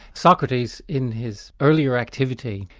socrates, in his earlier activity,